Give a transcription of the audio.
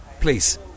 Please